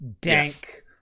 dank